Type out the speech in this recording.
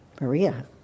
Maria